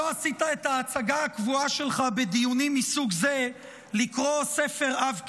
לא עשית את ההצגה הקבועה שלך בדיונים מסוג זה לקרוא ספר עב כרס,